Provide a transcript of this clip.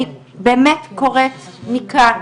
אני באמת קוראת מכאן